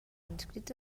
inscrits